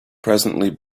presently